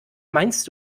meinst